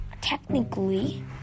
technically